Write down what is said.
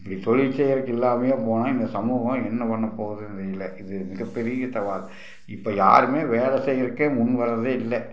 இப்படி தொழில் செய்றதுக்கு இல்லாமையே போனால் இந்த சமூகம் என்ன பண்ண போகுதுன்னு தெரியல இது மிகப்பெரிய சவால் இப்போ யாருமே வேலை செய்யறக்கே முன் வர்றதே இல்லை